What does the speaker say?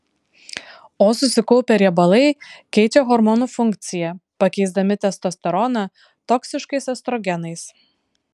o susikaupę riebalai keičia hormonų funkciją pakeisdami testosteroną toksiškais estrogenais